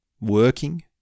working